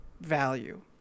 value